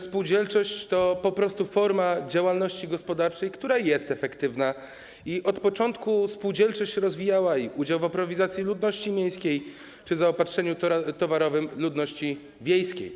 Spółdzielczość to po prostu forma działalności gospodarczej, która jest efektywna, i od początku spółdzielczość rozwijała udział w aprowizacji ludności miejskiej czy zaopatrzeniu towarowym ludności wiejskiej.